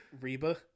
reba